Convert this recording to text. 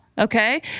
Okay